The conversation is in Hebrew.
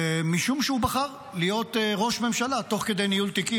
משום שהוא בחר להיות ראש ממשלה תוך כדי ניהול תיקים.